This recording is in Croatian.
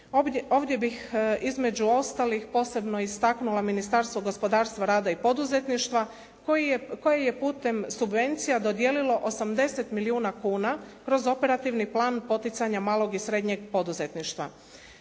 Ovdje bih između ostalih posebno istaknula Ministarstvo gospodarstva, rada i poduzetništva koje je putem subvencija dodijelilo 80 milijuna kuna kroz operativni plan poticanja malog i srednjeg poduzetništva.